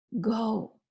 Go